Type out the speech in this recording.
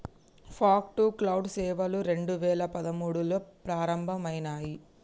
fog to cloud సేవలు రెండు వేల పదమూడులో ప్రారంభమయినాయి